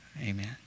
Amen